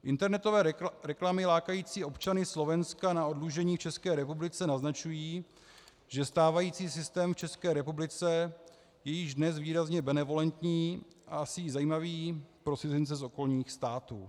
Internetové reklamy lákající občany Slovenska na oddlužení v České republice naznačují, že stávající systém v České republice je již dnes výrazně benevolentní a asi i zajímavý pro cizince z okolních států.